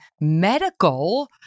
medical